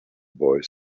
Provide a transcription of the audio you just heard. boy